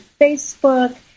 Facebook